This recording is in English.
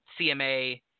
CMA